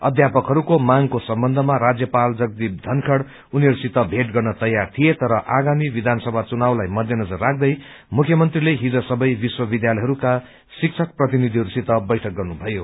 अध्यापकहरूले मागको सम्बन्धमा राज्यपाल जगदिप धनखड़ उनीहरूसित भेट गर्न तयार थिए तर आगामी विधानसभा चुनावलाई मध्यनजर राख्दै मुख्यमन्त्रीले हिज सबै विश्वविद्यालयहरूका शिक्षक प्रतिनिधिहरूसित बैठक गर्नुभयो